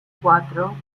cuatro